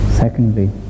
Secondly